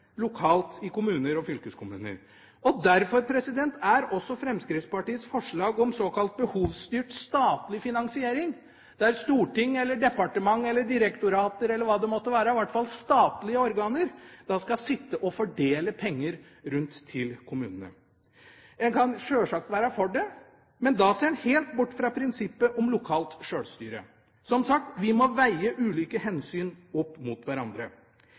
lokalt i kommuner og fylkeskommuner? Derfor er også Fremskrittspartiets forslag om såkalt behovsstyrt statlig finansiering, der storting eller departement eller direktorater eller hva det måtte være – i hvert fall statlige organer – skal sitte og fordele penger til kommunene. En kan sjølsagt være for det, men da ser man helt bort fra prinsippet om lokalt sjølstyre. Som sagt, vi må veie ulike hensyn opp mot hverandre.